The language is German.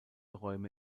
räume